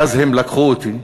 ואז הם לקחו אותי,